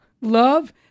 love